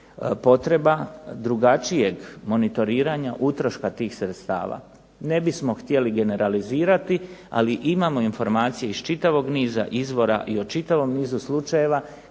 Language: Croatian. potreba drugačijeg monitoriranja utroška tih sredstava. Ne bismo htjeli generalizirati, ali imamo informacije iz čitavog niza izvora i o čitavom nizu slučajeva